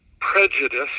prejudice